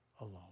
alone